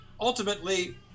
ultimately